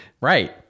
right